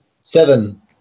Seven